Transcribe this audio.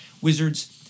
Wizards